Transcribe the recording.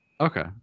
Okay